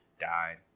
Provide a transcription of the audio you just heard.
died